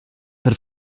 per